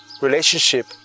relationship